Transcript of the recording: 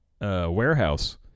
warehouse